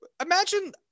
imagine